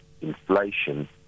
inflation